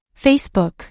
Facebook